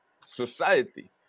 society